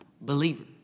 Believer